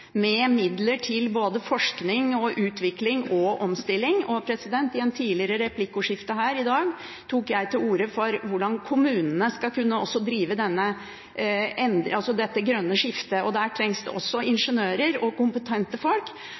med midler til både forskning og utvikling og omstilling. I et tidligere replikkordskifte her i dag tok jeg til orde for hvordan kommunene skal kunne drive dette grønne skiftet. Der trengs det også ingeniører og kompetente folk,